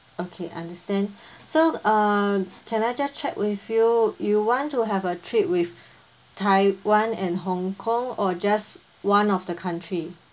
okay understand so uh can I just check with you you want to have a trip with taiwan and hong kong or just one of the country